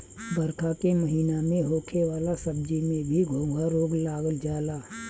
बरखा के महिना में होखे वाला सब्जी में भी घोघा रोग लाग जाला